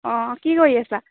অঁ কি কৰি আছা